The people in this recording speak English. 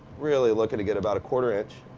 really lookin' to get about a quarter-inch,